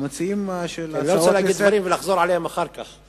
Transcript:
כי אני לא רוצה להגיד דברים ולחזור עליהם אחר כך.